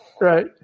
Right